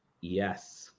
Yes